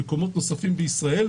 במקומות נוספים בישראל,